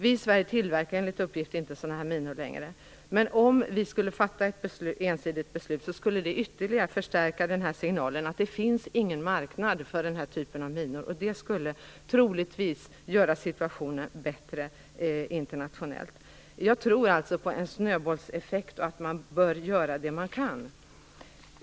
Vi i Sverige tillverkar enligt uppgift inte sådana här minor längre, men om vi skulle fatta ett ensidigt beslut skulle det ytterligare förstärka signalen att det inte finns någon marknad för den här typen av minor. Det skulle troligtvis göra situationen bättre internationellt. Jag tror alltså på en snöbollseffekt och på att man bör göra vad man kan.